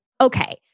Okay